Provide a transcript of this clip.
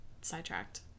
sidetracked